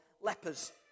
lepers